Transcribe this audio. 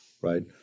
Right